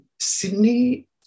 Sydney